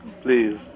Please